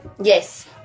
yes